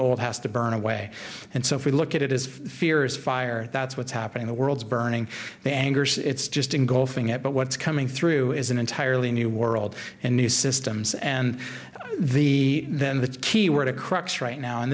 old has to burn away and so if we look at it as fear is fire that's what's happening the world's burning bangerz it's just engulfing it but what's coming through is an entirely new world and new systems and the then the key word of crux right now and